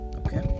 okay